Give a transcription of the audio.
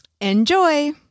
Enjoy